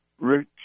Rich